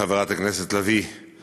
חברת הכנסת לביא,